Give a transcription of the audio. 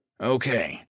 Okay